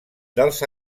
dels